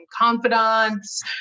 confidants